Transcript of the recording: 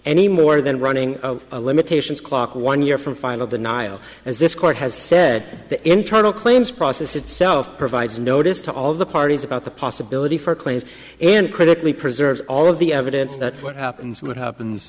any more than running limitations clock one year from five of the nile as this court has said the internal claims process itself provides notice to all of the parties about the possibility for claims and critically preserves all of the evidence that what happens what happens